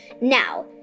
Now